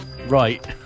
Right